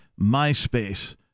MySpace